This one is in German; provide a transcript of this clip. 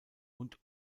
und